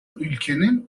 ülkenin